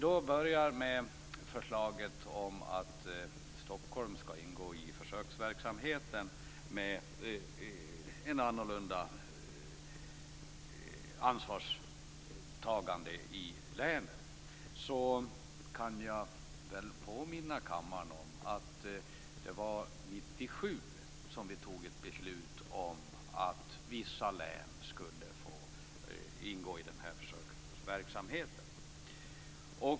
Den första gäller förslaget om att Stockholm skall ingå i försöksverksamheten avseende ändrad ansvarsfördelning i länen. Jag vill påminna kammarens ledamöter om att vi 1997 fattade beslut om att vissa län skulle få ingå i denna försöksverksamhet.